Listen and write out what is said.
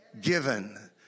given